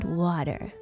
water